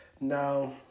Now